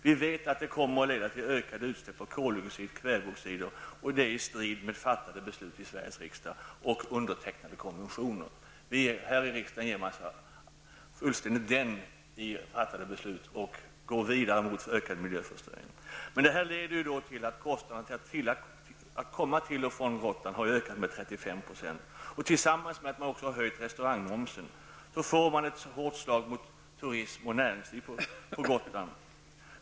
Vi vet att det leder till ökade utsläpp av koldioxid och kväveoxid, vilket står i strid med fattade beslut av Vi här i riksdagen ger fullständigt katten i fattade beslut och går vidare mot en ökad miljöförstöring. Kostnaderna för att komma till och från Gotland har ökat med 35 %. Sammantaget med att man har höjt restaurangmomsen slår man ett hårt slag mot turism och näringsliv på Gotland.